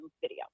video